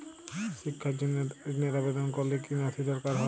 শিক্ষার জন্য ধনের আবেদন করলে কী নথি দরকার হয়?